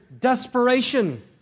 desperation